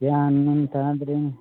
ꯒ꯭ꯌꯥꯟ ꯃꯦꯟ ꯇꯥꯗ꯭ꯔꯦꯅꯦ